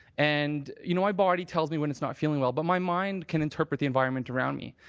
and you know my body tells me when it's not feeling well but my mind can interpret the environment around me.